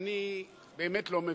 אני באמת לא מבין,